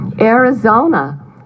Arizona